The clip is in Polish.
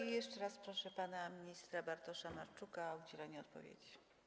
I jeszcze raz proszę pana ministra Bartosza Marczuka o udzielenie odpowiedzi.